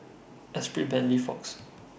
Esprit Bentley Fox